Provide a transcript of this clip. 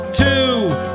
Two